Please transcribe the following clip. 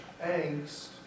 angst